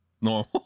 normal